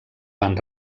van